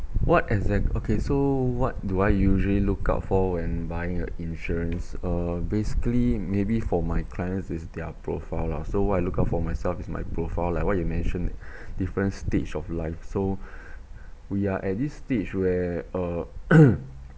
what exact okay so what do I usually look out for when buying a insurance uh basically maybe for my clients is their profile lah so what I look out for myself is my profile lah what you mention different stage of life so we are at this stage where uh